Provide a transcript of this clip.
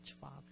Father